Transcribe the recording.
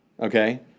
Okay